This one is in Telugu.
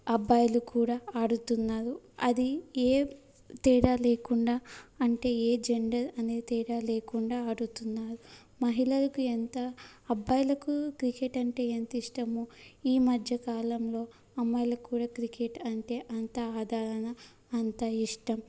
అబ్బాయిలు కూడా ఆడుతున్నారు అది ఏ తేడా లేకుండా అంటే ఏ జండర్ అనే తేడా లేకుండా ఆడుతున్నారు మహిళలకు ఎంత అబ్బాయిలకు క్రికెట్ అంటే ఎంత ఇష్టమో ఈ మధ్య కాలంలో అమ్మాయిలకు కూడా క్రికెట్ అంటే అంత ఆదరణ అంత ఇష్టం